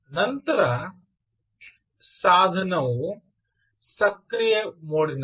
ನಂತರ ಸಾಧನವು ಸಕ್ರಿಯ ಮೋಡ್ನಲ್ಲಿದೆ